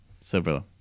Silver